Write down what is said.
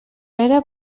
pere